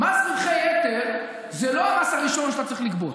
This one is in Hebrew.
מס רווחי יתר זה לא המס הראשון שאתה צריך לגבות.